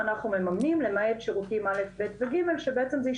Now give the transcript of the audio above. אנחנו מממנים,